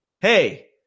Hey